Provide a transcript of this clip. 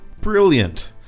Brilliant